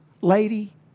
Lady